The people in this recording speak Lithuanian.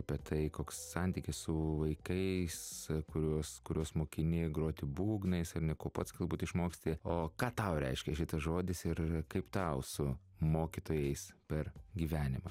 apie tai koks santykis su vaikais kurios kurios mokini groti būgnais ar ne ko pats galbūt išmoksti o ką tau reiškia šitas žodis ir kaip tau su mokytojais per gyvenimą